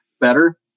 better